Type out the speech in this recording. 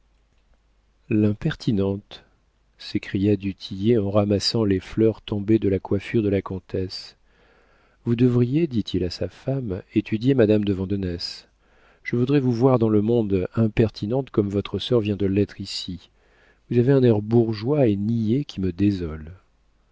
l'impertinente s'écria du tillet en ramassant les fleurs tombées de la coiffure de la comtesse vous devriez dit-il à sa femme étudier madame de vandenesse je voudrais vous voir dans le monde impertinente comme votre sœur vient de l'être ici vous avez un air bourgeois et niais qui me désole